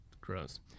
gross